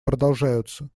продолжаются